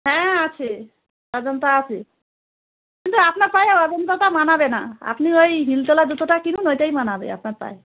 হ্যাঁ আছে অজন্তা আছে কিন্তু আপনার পাই অজন্তাটা মানাবে না আপনি ওই হিলতলা জুতোটা কিনুন ওয়টাই মানাবে আপনার পায়